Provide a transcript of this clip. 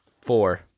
Four